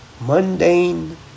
mundane